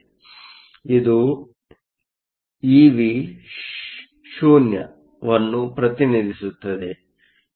ಆದ್ದರಿಂದ ಇದು ಇವಿಶೂನ್ಯ ಅನ್ನು ಪ್ರತಿನಿಧಿಸುತ್ತದೆ